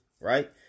Right